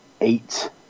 eight